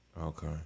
Okay